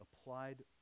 applied